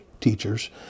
teachers